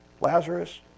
Lazarus